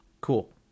Cool